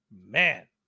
Man